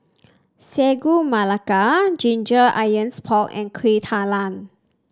Sagu Melaka Ginger Onions Pork and Kueh Talam